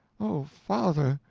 oh, father!